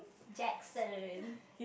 Jackson